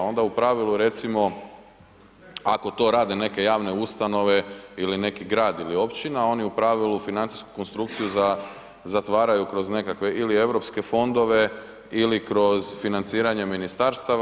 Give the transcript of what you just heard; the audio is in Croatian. Onda u pravilu recimo ako to rade neke javne ustanove ili neki grad ili općina oni u pravilu financijsku konstrukciju zatvaraju kroz nekakve ili europske fondove ili kroz financiranje ministarstava.